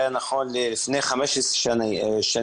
היה נכון לפני 15 שנים.